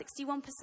61%